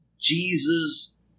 Jesus